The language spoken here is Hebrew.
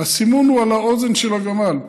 הסימון על האוזן של הגמל,